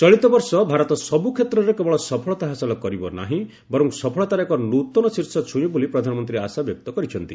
ଚଳିତବର୍ଷ ଭାରତ ସବୁକ୍ଷେତ୍ରରେ କେବଳ ସଫଳତା ହାସଲ କରିବ ନାହିଁ ବର୍ଚ୍ଚ ସଫଳତାର ଏକ ନୃତନ ଶୀର୍ଷ ଛୁଇଁବ ବୋଲି ପ୍ରଧାନମନ୍ତ୍ରୀ ଆଶା ବ୍ୟକ୍ତ କରିଛନ୍ତି